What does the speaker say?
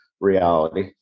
reality